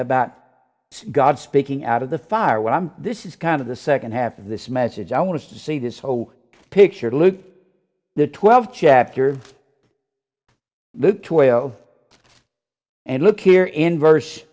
about god speaking out of the fire when i'm this is kind of the second half of this message i want to see this whole picture loot the twelve chapter of it and look here in verse